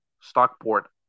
Stockport